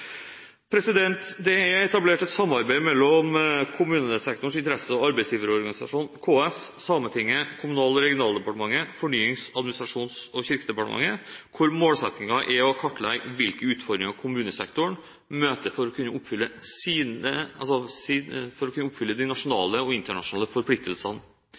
Det er etablert et samarbeid mellom kommunesektorens interesse- og arbeidsgiverorganisasjon – KS – Sametinget, Kommunal- og regionaldepartementet og Fornyings- administrasjons- og kirkedepartementet hvor målsettingen er å kartlegge hvilke utfordringer kommunesektoren møter for å kunne oppfylle de nasjonale og internasjonale forpliktelsene. Det handler om å kunne